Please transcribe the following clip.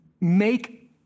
make